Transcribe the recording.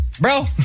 Bro